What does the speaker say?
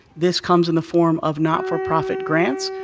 this comes in the form of not-for-profit grants,